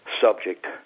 subject